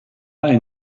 mother